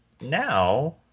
Now